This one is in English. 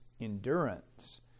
endurance